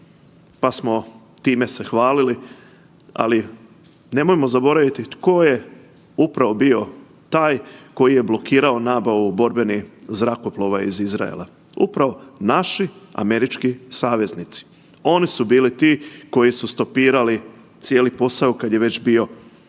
pa smo time se hvalili, ali nemojmo zaboraviti tko je upravo bio taj koji je blokirao nabavu borbenih zrakoplova iz Izraela, upravo naši američki saveznici. Oni su bili ti koji su stopirali cijeli posao kad je već bio gotov.